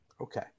Okay